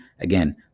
Again